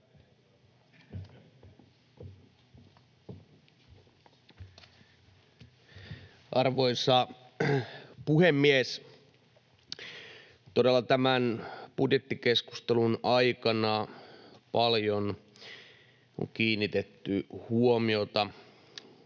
Arvoisa puhemies! Todella tämän budjettikeskustelun aikana paljon on kiinnitetty huomiota